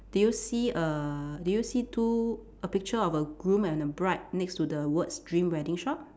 do you see a do you see two a picture of a groom and a bride next to the words dream wedding shop